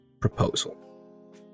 proposal